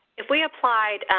if we applied